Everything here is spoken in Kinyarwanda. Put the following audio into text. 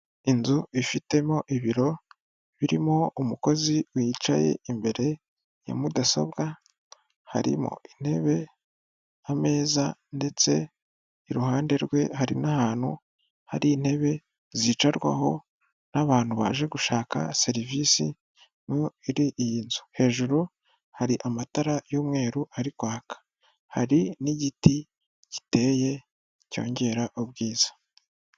Inzu ifitemo ibiro birimo umukozi wicaye imbere ya mudasobwa, harimo intebe, ameza ndetse iruhande rwe hari n'ahantu hari intebe zicarwaho n'abantu baje gushaka serivisi, no mu iri iyi nzu. Hejuru hari amatara y'umweru ari kwaka. Hari n'igiti giteye cyongera ubwiza.